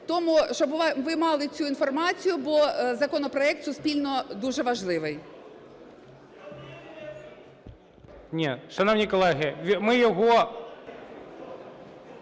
Тому, щоб ви мали цю інформацію, бо законопроект суспільно дуже важливий. ГОЛОВУЮЧИЙ. Ні. Шановні колеги, ми його…